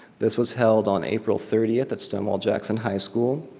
this was held on april thirtieth at stonewall jackson high school.